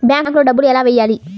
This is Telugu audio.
బ్యాంక్లో డబ్బులు ఎలా వెయ్యాలి?